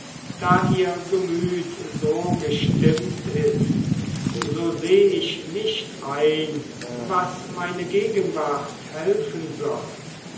da ihr gemüt so gestimmt ist so seh ich nicht ein was meine gegenwart helfen soll